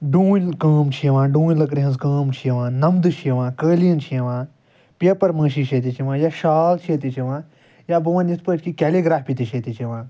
ڈوٗنۍ کٲم چھِ یِوان ڈوٗنۍ لٔکرِ ہنٛز کٲم چھِ یِوان نَمدٕہ چھِ یِوان قٲلیٖن چھِ یِوان پیپر مٲشی چھِ ییٚتِچۍ یِوان یا شال چھِ ییٚتِچۍ یِوان یا بہٕ وَنہٕ یِتھ پٲٹھۍ کہِ کیلِگرٛافی تہِ چھِ ییٚتِچۍ یِوان